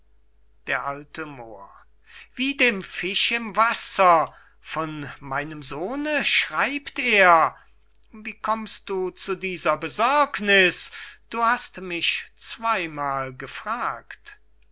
d a moor wie dem fisch im wasser von meinem sohne schreibt er wie kommst du zu dieser besorgniß du hast mich zweymal gefragt